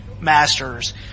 Masters